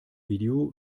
video